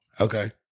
Okay